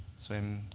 swim,